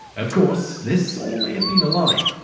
of course, this all may have been a lie.